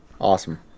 Awesome